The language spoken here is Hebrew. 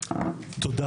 הישיבה ננעלה בשעה 10:53.